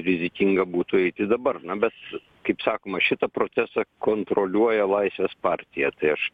rizikinga būtų eiti dabar na bet kaip sakoma šitą procesą kontroliuoja laisvės partija tai aš